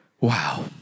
Wow